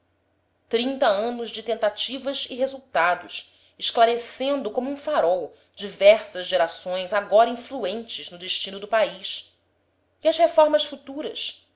trinta anos de tentativas e resultados esclarecendo como um farol diversas gerações agora influentes no destino do país e as reformas futuras